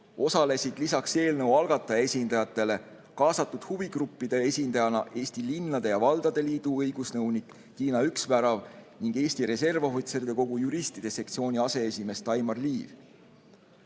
osalesid lisaks eelnõu algataja esindajatele kaasatud huvigruppide esindajana Eesti Linnade ja Valdade Liidu õigusnõunik Tiina Üksvärav ning Eesti Reservohvitseride Kogu juristide sektsiooni aseesimees Daimar Liiv.